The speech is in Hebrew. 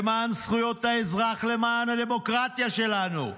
למען זכויות האזרח, למען הדמוקרטיה שלנו.